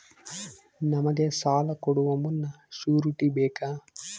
ನಮಗೆ ಸಾಲ ಕೊಡುವ ಮುನ್ನ ಶ್ಯೂರುಟಿ ಬೇಕಾ?